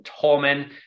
Tolman